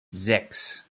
sechs